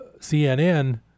CNN